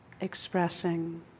expressing